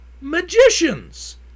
magicians